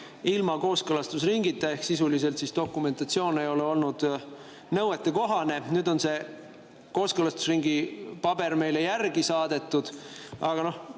ilma kooskõlastusringita ehk sisuliselt ei ole dokumentatsioon olnud nõuetekohane. Nüüd on see kooskõlastusringi paber meile järele saadetud. Aga see